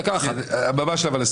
אבל ממש לסיים.